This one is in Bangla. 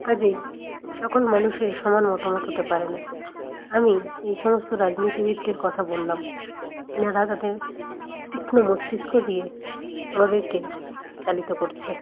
কাজেই সকল মানুষের সমান মতামত হতে পারে না আমি এই সমস্ত রাজনীতিবিদদের কথা বললাম এনারা তাদের তীক্ষ্ণ মস্তিষ্ক দিয়ে আমাদেরকে চালিত করছে